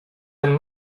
ten